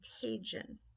contagion